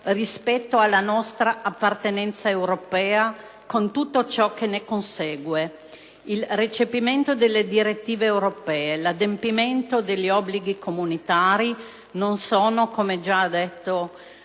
rispetto alla nostra appartenenza europea, con tutto ciò che ne consegue. Il recepimento delle direttive europee e l'adempimento degli obblighi comunitari non sono - come già ha detto